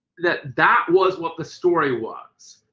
that that was what the story was.